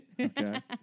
Okay